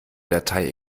datei